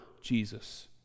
Jesus